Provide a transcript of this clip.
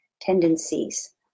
tendencies